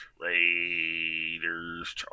Raiders